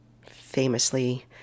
famously